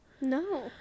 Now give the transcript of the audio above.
no